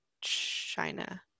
China